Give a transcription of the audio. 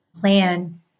plan